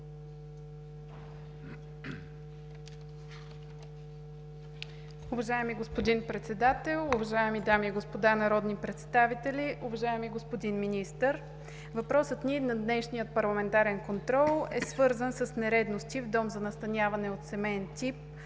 Въпросът ни на днешния парламентарен контрол е свързан с нередности в Дом за настаняване от семеен тип